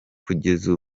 kugeza